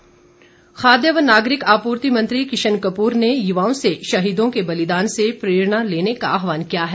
किशन कपूर खाद्य व नागरिक आपूर्ति मंत्री किशन कपूर ने युवाओं से शहीदों के बलिदान से प्रेरणा लेने का आहवान किया है